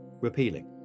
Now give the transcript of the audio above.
repealing